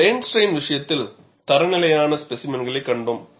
plane strain விஷயத்தில் தர நிலையான ஸ்பேசிமென்களைக் கண்டோம்